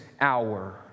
hour